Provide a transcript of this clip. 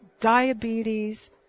diabetes